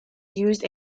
used